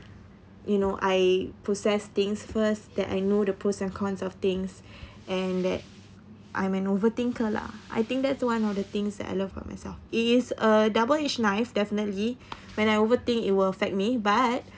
you know I process things first that I know the pros and cons of things and that I'm an overthinker lah I think that's one of the things that I love about myself it is a double edge knife definitely when I overthink it will affect me but